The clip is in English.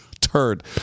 turd